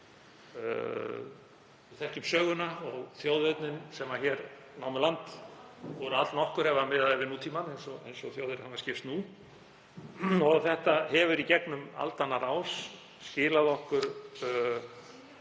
þetta hefur í gegnum aldanna rás skilað okkur